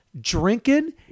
drinking